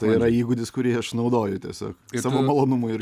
tai yra įgūdis kurį aš naudoju tiesiog savo malonumui ir